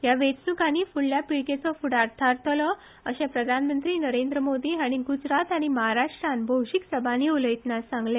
ह्या वेंचणूकनी फुडल्या पिळगेचो फुडार थारतलो अशें प्रधानमंत्री नरेंद्र मोदी हांणी गुजरात आनी महाराष्ट्रांत भौशीक सभानी उलयतना सांगले